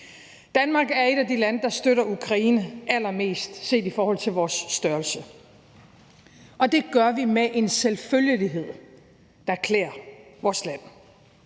Danmark er et af de lande, der støtter Ukraine allermest set i forhold til vores størrelse, og det gør vi med en selvfølgelighed, der klæder vores land.